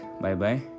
Bye-bye